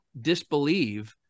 disbelieve